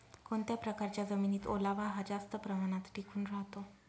कोणत्या प्रकारच्या जमिनीत ओलावा हा जास्त प्रमाणात टिकून राहतो?